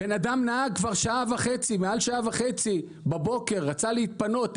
אדם נהג כבר שעה וחצי בבוקר, רצה להתפנות.